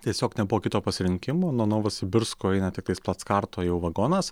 tiesiog nebuvo kito pasirinkimo nuo novosibirsko eina tiktais plackarto jau vagonas